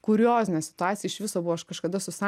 kuriozinė situacija iš viso buvo aš kažkada su sa